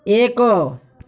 ଏକ